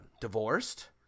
divorced